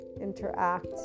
interact